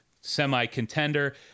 semi-contender